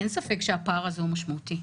אין ספק שהפער הזה הוא משמעותי.